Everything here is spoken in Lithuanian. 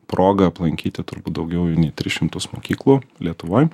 progą aplankyti turbūt daugiau jau nei tris šimtus mokyklų lietuvoj